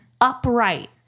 upright